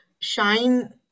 shine